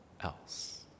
else